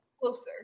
closer